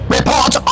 Report